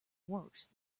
worse